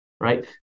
right